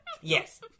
Yes